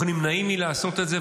אנחנו נמנעים מלעשות את זה,